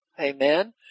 Amen